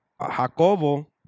jacobo